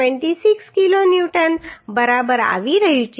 26 kilonewton બરાબર આવી રહ્યું છે